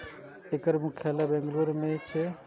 एकर मुख्यालय बेंगलुरू मे छै